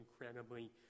incredibly